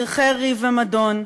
חרחר ריב ומדון,